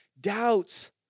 doubts